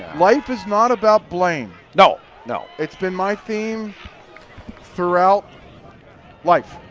life is not about blame. no no it's been my theme throughout life.